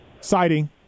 sighting